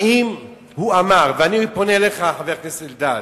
האם הוא אמר, ואני פונה אליך, חבר הכנסת אלדד,